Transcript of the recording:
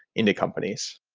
into companies.